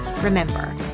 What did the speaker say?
Remember